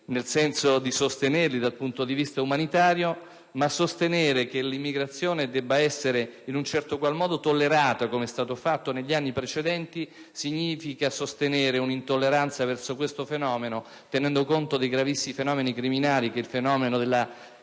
nel senso cioè di sostenerli dal punto di vista umanitario. Tuttavia, affermare che l'immigrazione debba essere in un certo qual modo tollerata, com'è stato fatto negli anni precedenti, significa sostenere un'intolleranza verso questo fenomeno, tenendo conto dei gravissimi fatti criminali che l'immigrazione